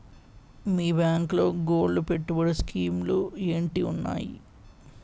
మీ బ్యాంకులో గోల్డ్ పెట్టుబడి స్కీం లు ఏంటి వున్నాయి?